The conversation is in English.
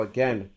Again